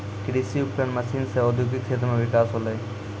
कृषि उपकरण मसीन सें औद्योगिक क्षेत्र म बिकास होलय